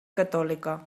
catòlica